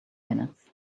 minutes